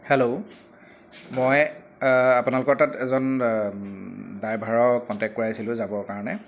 hello মই আপোনালোকৰ তাত এজন ড্ৰাইভাৰৰ কণ্টেক্ট কৰাইছিলোঁ যাবৰ কাৰণে